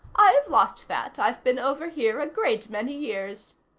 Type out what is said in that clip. i've lost that i've been over here a great many years.